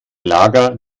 lager